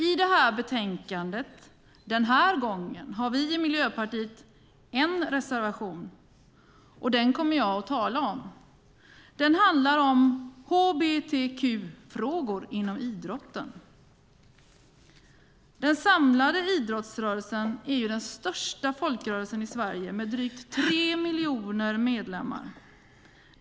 I det här betänkandet - den här gången - har vi i Miljöpartiet en reservation, och den kommer jag att tala om. Den handlar om hbtq-frågor inom idrotten. Den samlade idrottsrörelsen är den största folkrörelsen i Sverige med drygt tre miljoner medlemmar.